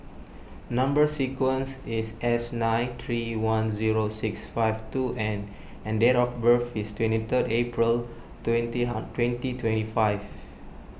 Number Sequence is S nine three one zero six five two N and date of birth is twenty third April twenty twenty twenty five